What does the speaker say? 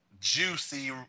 juicy